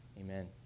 amen